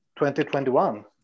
2021